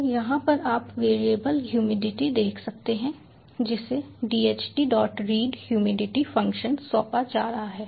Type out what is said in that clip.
तो यहाँ पर आप वेरिएबल ह्यूमिडिटी देख सकते हैं जिसे dhtreadHumidity फ़ंक्शन सौंपा जा रहा है